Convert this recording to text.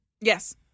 Yes